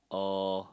or